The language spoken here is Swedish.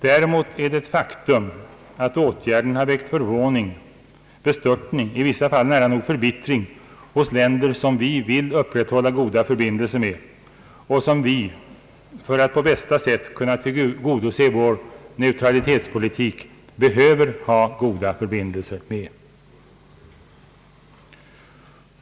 Däremot är det ett faktum att åtgärden har väckt förvåning, bestörtning, i vissa fall nära nog förbittring hos länder som vi vill upprätthålla goda förbindelser med och som vi för att på bästa sätt kunna tillgodose vår neutralitetspolitik behöver ha goda förbindelser med.